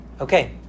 Okay